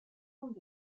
重点